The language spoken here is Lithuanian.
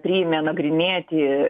priėmė nagrinėti